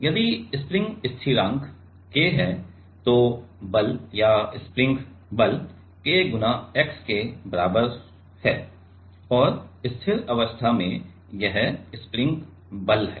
यदि स्प्रिंग स्थिरांक K है तो बल या स्प्रिंग बल K x के बराबर है और स्थिर अवस्था में यह स्प्रिंग बल है